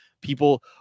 people